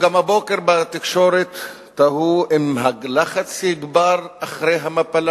גם הבוקר בתקשורת תהו אם הלחץ יגבר אחרי המפלה